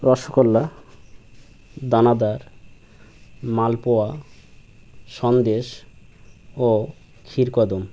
রসগোল্লা দানাদার মালপোয়া সন্দেশ ও ক্ষীরকদম্ব